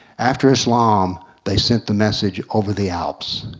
after islam, they sent the message over the alps.